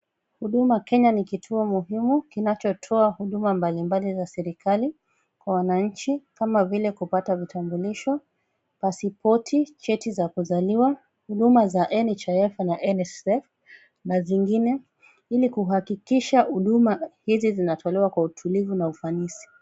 Huduma Kenya ni kituo muhimu kinachotoa huduma mbalimbali za serikali kwa wananchi kama vile kupata vitambulisho, pasipoti, cheti za kuzaliwa, huduma za NHIF na NSSF na zingine ili kuhakikisha huduma hizi zinatolewa kwa utulivu na ufanisi.